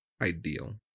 ideal